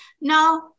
No